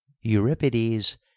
euripides